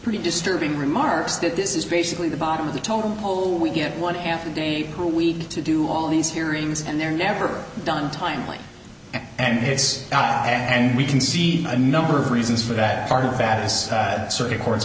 pretty disturbing remarks that this is basically the bottom of the totem pole we get one half a day a week to do all these hearings and they're never done timely and this and we can see a number of reasons for that are bad as circuit cour